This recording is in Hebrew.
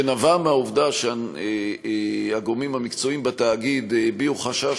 שנבעה מהעובדה שהגורמים המקצועיים בתאגיד הביעו חשש